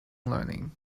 learning